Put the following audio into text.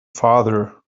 father